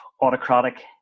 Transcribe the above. autocratic